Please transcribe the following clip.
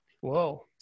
Whoa